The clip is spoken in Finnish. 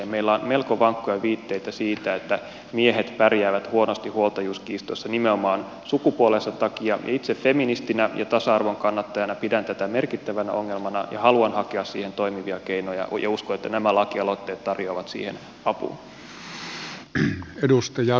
meillä on melko vankkoja viitteitä siitä että miehet pärjäävät huonosti huoltajuuskiistoissa nimenomaan sukupuolensa takia ja itse feministinä ja tasa arvon kannattajana pidän tätä merkittävänä ongelmana ja haluan hakea siihen toimivia keinoja ja uskon että nämä lakialoitteet tarjoavat siihen apua